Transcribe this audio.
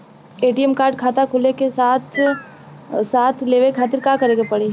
ATM card खाता खुले के साथे साथ लेवे खातिर का करे के पड़ी?